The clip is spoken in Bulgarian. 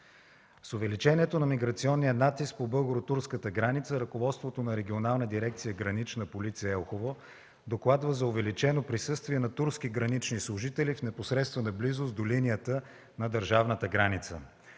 С увеличението на миграционния натиск по българо-турската граница ръководството на Регионална дирекция „Гранична полиция” – Елхово, докладва за увеличено присъствие на турски гранични служители в непосредствена близост до линията на държавната граница.